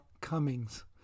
Cummings